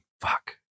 fuck